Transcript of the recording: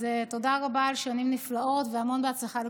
אז תודה רבה על שנים נפלאות והמון הצלחה לכולכם.